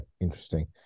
interesting